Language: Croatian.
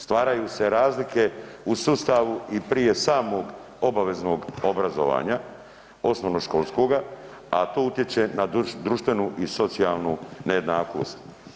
Stvaraju se razlike u sustavu i prije samog obaveznog obrazovanja osnovnoškolskoga, a to utječe na društvenu i socijalnu nejednakost.